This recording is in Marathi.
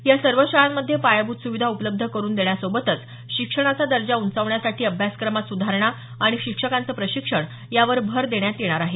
या सर्व शाळांमध्ये पायाभूत सुविधा उपलब्ध करून देण्यासोबतच शिक्षणाचा दर्जा उंचावण्यासाठी अभ्यासक्रमात सुधारणा आणि शिक्षकांचं प्रशिक्षण यावर भर देण्यात येणार आहे